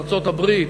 ארצות-הברית,